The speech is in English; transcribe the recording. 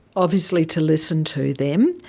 obviously to listen to them.